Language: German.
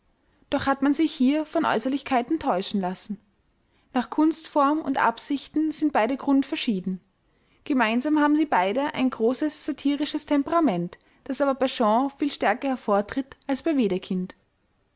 doch hat man sich hier von äußerlichkeiten täuschen lassen nach kunstform und absichten sind beide grundverschieden gemeinsam haben sie beide ein großes satirisches temperament das aber bei shaw viel stärker hervortritt als bei